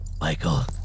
Michael